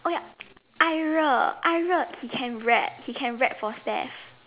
oh ya Ai-Re Ai-Re he can rap he can rap for Steph